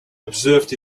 observed